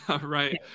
right